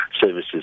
services